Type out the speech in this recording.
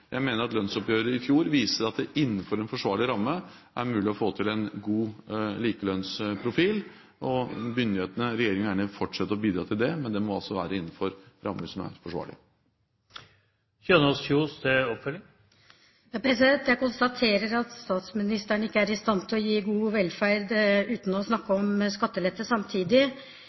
Jeg mener at lønnsoppgjøret i fjor viser at det innenfor en forsvarlig ramme er mulig å få til en god likelønnsprofil. Regjeringen vil gjerne fortsette å bidra til det, men det må altså være innenfor rammer som er forsvarlige. Jeg konstaterer at statsministeren ikke er i stand til å gi god velferd uten samtidig å snakke om skattelette.